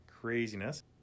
craziness